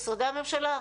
משרדי הממשלה,